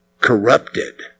corrupted